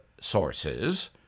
sources